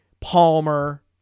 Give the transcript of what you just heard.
Palmer